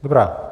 Dobrá.